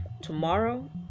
tomorrow